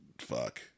Fuck